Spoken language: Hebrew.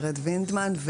ורד וינדמן,